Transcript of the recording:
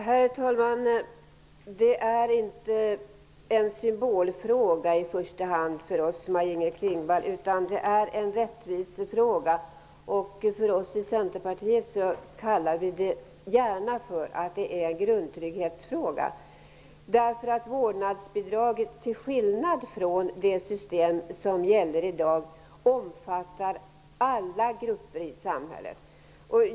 Herr talman! Det är inte i första hand en symbolfråga för oss, Maj-Inger Klingvall, utan en rättvisefråga. Vi i Centerpartiet kallar det gärna för en grundtrygghetsfråga. Vårdnadsbidraget omfattar, till skillnad från det system som gäller i dag, alla grupper i samhället.